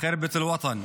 ח'רבת אל-וטן,